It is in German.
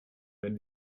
wenn